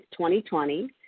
2020